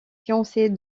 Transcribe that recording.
fiancée